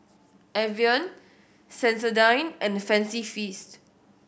Evian Sensodyne and Fancy Feast